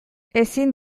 ezin